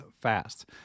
fast